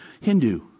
Hindu